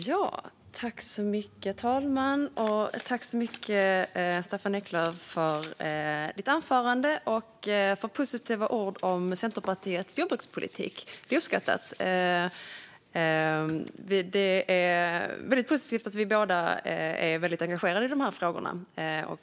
Fru talman! Tack, Staffan Eklöf, för ditt anförande och för positiva ord om Centerpartiets jordbrukspolitik! Det uppskattas. Det är positivt att vi båda är väldigt engagerade för de här frågorna.